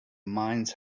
mines